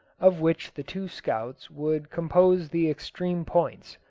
of which the two scouts would compose the extreme points,